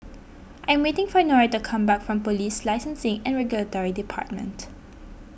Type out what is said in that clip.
I am waiting for Nora to come back from Police Licensing and Regulatory Department